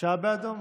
האישה באדום.